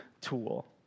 tool